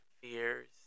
fears